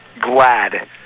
glad